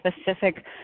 specific